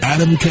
Adam